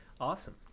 awesome